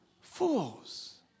fools